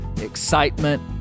excitement